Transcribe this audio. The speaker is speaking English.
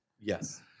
Yes